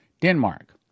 Denmark